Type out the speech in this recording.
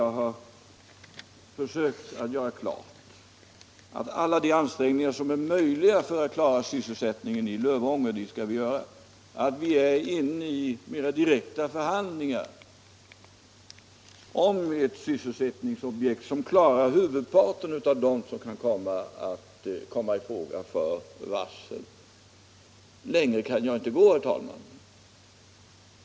Jag har försökt göra klart att vi skall vidta alla ansträngningar som är möjliga för att klara sysselsättningen i Lövånger, att vi nu är inne i mera direkta förhandlingar om ett sysselsättningsobjekt där för att rädda huvudparten av dem som kan komma i fråga för varsel om avsked. Längre kan jag inte gå, herr talman!